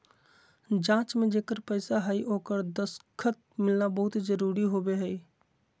जाँच में जेकर पैसा हइ ओकर दस्खत मिलना बहुत जरूरी होबो हइ